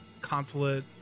consulate